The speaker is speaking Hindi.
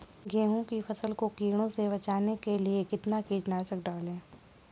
गेहूँ की फसल को कीड़ों से बचाने के लिए कितना कीटनाशक डालें?